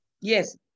Yes